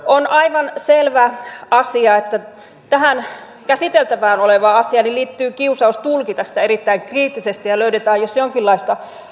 on aivan selvä asia että tähän käsiteltävänä olevaan asiaan liittyy kiusaus tulkita sitä erittäin kriittisesti ja että niin löydetään jos jonkinlaista porsaanreikää